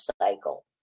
cycle